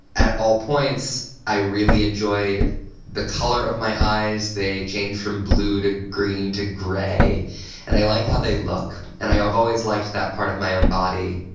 at all points i really enjoyed the colour of my eyes. they changed from blue to green to grey and i like how they look, and i have always liked that part of my own body,